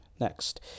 Next